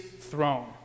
throne